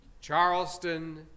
Charleston